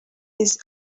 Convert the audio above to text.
his